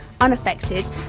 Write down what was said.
unaffected